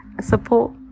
support